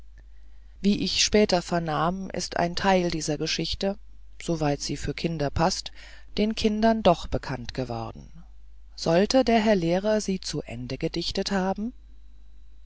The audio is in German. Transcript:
wie ich später vernahm ist ein teil dieser geschichte soweit sie für kinder paßt den kindern doch bekannt geworden sollte der herr lehrer sie zu ende gedichtet haben